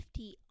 50